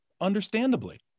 understandably